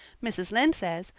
mrs. lynde says,